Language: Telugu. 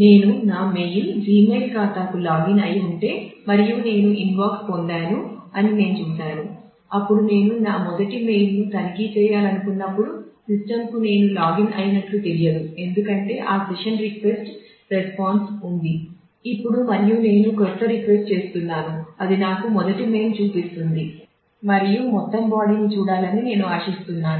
నేను లాగిన్ అయినట్లు తెలియదు ఎందుకంటే ఆ సెషన్ రిక్వెస్ట్ రెస్పాన్స్ ఉంది ఇప్పుడు మరియు నేను క్రొత్త రిక్వెస్ట్ చేస్తున్నాను అది నాకు మొదటి మెయిల్ చూపిస్తుంది మరియు మొత్తం బాడీ ని చూడాలని నేను ఆశిస్తున్నాను